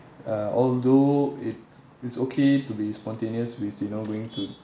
uh although it is okay to be spontaneous with you know going to